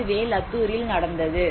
இதுவே லத்தூரில் நடந்தது